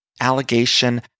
allegation